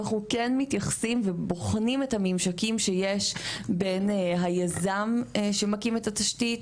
אנחנו כן מתייחסים ובוחנים את הממשקים שיש בין היזם שמקים את התשתית,